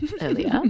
earlier